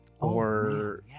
or-